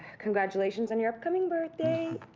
congratulations on your upcoming birthday,